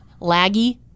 Laggy